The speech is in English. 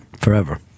forever